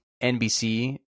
NBC